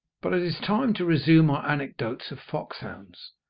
but it is time to resume our anecdotes of foxhounds,